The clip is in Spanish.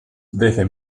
desde